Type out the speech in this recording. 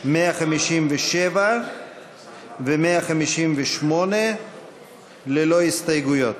157 ו-158 ללא הסתייגויות.